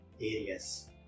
areas